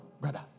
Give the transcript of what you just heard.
brother